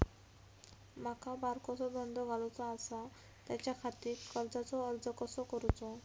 माका बारकोसो धंदो घालुचो आसा त्याच्याखाती कर्जाचो अर्ज कसो करूचो?